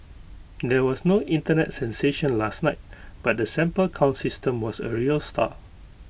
there was no Internet sensation last night but the sample count system was A real star